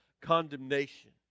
condemnation